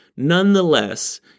Nonetheless